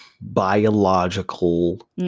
biological